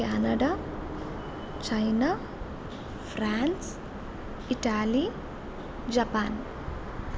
Canada China France Italy Japan